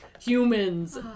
humans